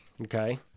Okay